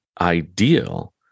ideal